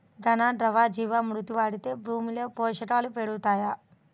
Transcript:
ఘన, ద్రవ జీవా మృతి వాడితే భూమిలో పోషకాలు పెరుగుతాయా?